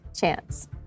chance